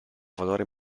valore